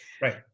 Right